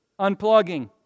Unplugging